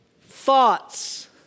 thoughts